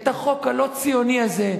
את החוק הלא-ציוני הזה,